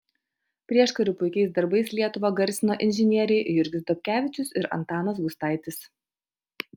prieškariu puikiais darbais lietuvą garsino inžinieriai jurgis dobkevičius ir antanas gustaitis